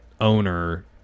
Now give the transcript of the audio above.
owner